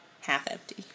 half-empty